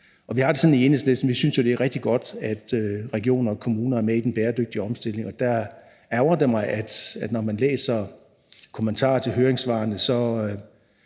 vi har det sådan i Enhedslisten, at vi synes, det er rigtig godt, at regioner og kommuner er med i den bæredygtige omstilling, og der ærgrer det mig, at når man læser kommentarer til høringssvarene,